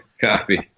copy